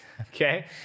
okay